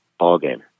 ballgame